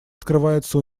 открывается